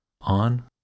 On